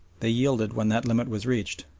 they yielded when that limit was reached.